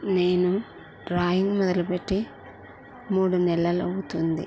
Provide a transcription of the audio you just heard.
నేను డ్రాయింగ్ మొదలుపెట్టి మూడు నెలలవుతుంది